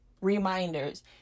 reminders